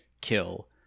kill